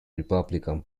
republican